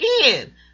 Again